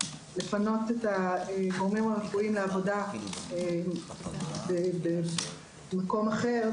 לפנות את הגורמים הרפואיים לעבודה במקום אחר,